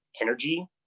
energy